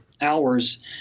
hours